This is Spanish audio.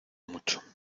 mucho